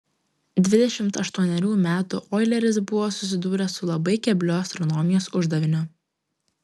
dvidešimt aštuonerių metų oileris buvo susidūręs su labai kebliu astronomijos uždaviniu